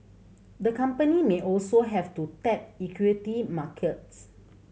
the company may also have to tap equity markets